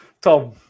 Tom